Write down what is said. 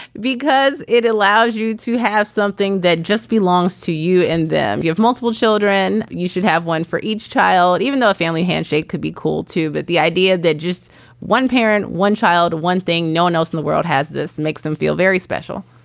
because it allows you to have something that just belongs belongs to you. and then you have multiple children. you should have one for each child, even though a family handshake could be cool, too. but the idea that just one parent, one child, one thing no one else in the world has, this makes them feel very special